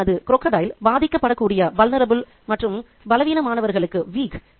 முதலையானது பாதிக்கப்படக்கூடிய மற்றும் பலவீனமானவர்களுக்கு weak